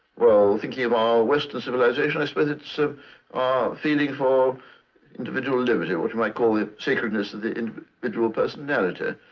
well, thinking of our western civilization, i suppose it's ah our feeling for individual liberty, what you might call the sacredness of the individual personality.